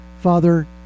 Father